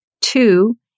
Two